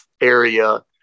area